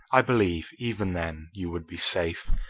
i believe, even then, you would be safe.